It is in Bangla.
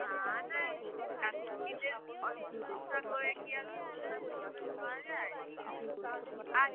না না যাত্রীদের ভরসা টরসা করে কি আর সমস্যার সমাধান পাওয়া যায় ঠিক আছে আচ্ছা